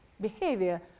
behavior